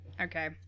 okay